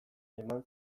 eman